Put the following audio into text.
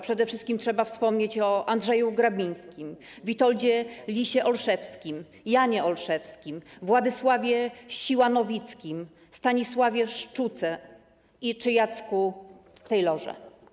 Przede wszystkim trzeba wspomnieć o Andrzeju Grabińskim, Witoldzie Lisie-Olszewskim, Janie Olszewskim, Władysławie Siła-Nowickim, Stanisławie Szczuce czy Jacku Taylorze.